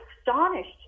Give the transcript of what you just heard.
astonished